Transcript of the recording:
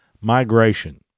migration